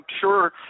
sure